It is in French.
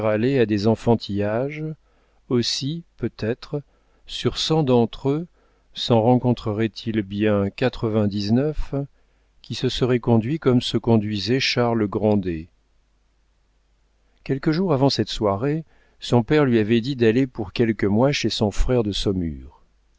à des enfantillages aussi peut-être sur cent d'entre eux s'en rencontrerait il bien quatre-vingt-dix-neuf qui se seraient conduits comme se conduisait charles grandet quelques jours avant cette soirée son père lui avait dit d'aller pour quelques mois chez son frère de saumur